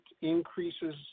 increases